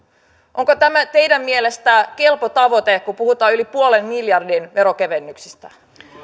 onko tämä teidän mielestänne kelpo tavoite kun puhutaan yli puolen miljardin veronkevennyksistä